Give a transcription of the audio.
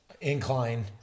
Incline